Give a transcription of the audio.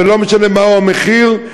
ולא משנה מהו המחיר,